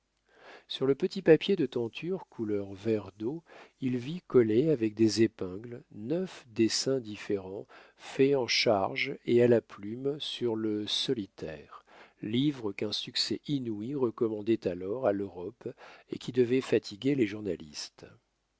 sur le petit papier de tenture couleur vert d'eau il vit collés avec des épingles neuf dessins différents faits en charge et à la plume sur le solitaire livre qu'un succès inouï recommandait alors à l'europe et qui devait fatiguer les journalistes